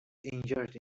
injured